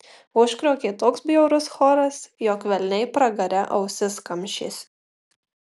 užkriokė toks bjaurus choras jog velniai pragare ausis kamšėsi